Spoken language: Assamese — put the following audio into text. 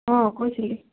অঁ কৈছিলি